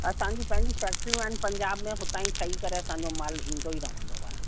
असांजी पंहिंजियूं फ़ैक्ट्रियूं आहिनि पंजाब में हुतां ई ठही करे असांजो मालु ईंदो ई रहंदो आहे